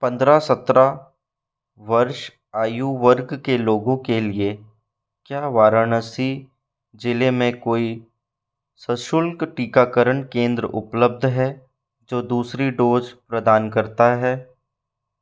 पंद्रह सत्रह वर्ष आयु वर्ग के लोगों के लिए क्या वाराणसी जिले में कोई सशुल्क टीकाकरण केंद्र उपलब्ध है जो दूसरी डोज़ प्रदान करता है